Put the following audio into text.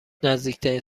نزدیکترین